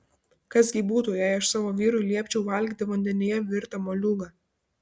kas gi būtų jei aš savo vyrui liepčiau valgyti vandenyje virtą moliūgą